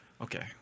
okay